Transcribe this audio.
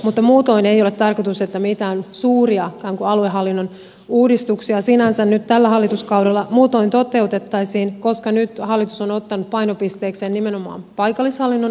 mutta muutoin ei ole tarkoitus että mitään suuria ikään kuin aluehallinnon uudistuksia sinänsä nyt tällä hallituskaudella muutoin toteutettaisiin koska nyt hallitus on ottanut painopisteekseen nimenomaan paikallishallinnon uudistamisen